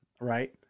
right